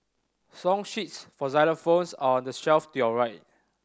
song sheets for xylophones are on the shelf to your right